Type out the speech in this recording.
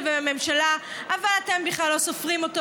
ובממשלה אבל אתם בכלל לא סופרים אותו.